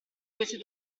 queste